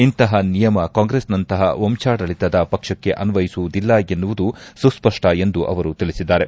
ಇಂತಹ ನಿಯಮ ಕಾಂಗ್ರೆಸ್ನಂತಹ ವಂಶಾಡಳಿತದ ಪಕ್ಷಕ್ಕೆ ಅನ್ವಯಿಸುವುದಿಲ್ಲ ಎನ್ನುವುದು ಸುಸ್ಪಷ್ಟ ಎಂದು ಅವರು ತಿಳಿಸಿದ್ದಾರೆ